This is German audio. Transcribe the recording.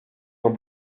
von